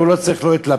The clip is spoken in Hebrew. הוא לא צריך את לפיד,